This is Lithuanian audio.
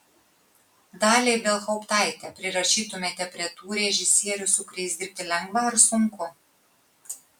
dalią ibelhauptaitę prirašytumėte prie tų režisierių su kuriais dirbti lengva ar sunku